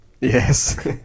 Yes